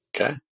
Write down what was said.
Okay